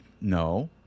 no